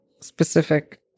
specific